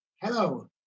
hello